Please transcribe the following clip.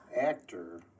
actor